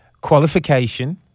Qualification